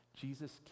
Jesus